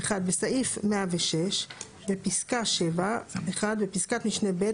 - בסעיף 106 - בפסקה (7) - בפסקת משנה (ב),